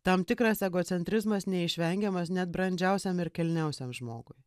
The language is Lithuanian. tam tikras egocentrizmas neišvengiamas net brandžiausiam ir kilniausiam žmogui